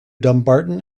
dumbarton